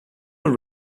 were